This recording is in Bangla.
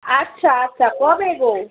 আচ্ছা আচ্ছা কবে গো